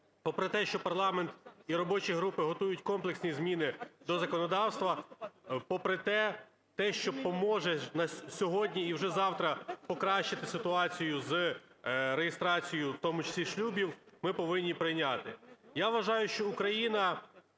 попри те, що парламент і робочі групи готують комплексні зміни до законодавства, попри те, що поможе сьогодні, і вже завтра покращити ситуацію з реєстрацією, в тому числі шлюбів, ми повинні прийняти. Я вважаю, що Україна,